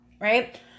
right